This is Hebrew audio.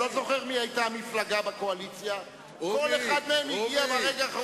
כשכולנו רוצים לגרום לכך שהדיון התקציבי הבא ל-2010 לא יקרה בעוד כמה